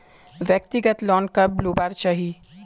व्यक्तिगत लोन कब लुबार चही?